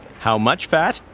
how much fat?